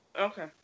Okay